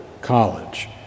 college